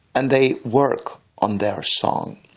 and they work on their song,